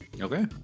Okay